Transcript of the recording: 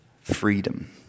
freedom